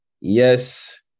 Yes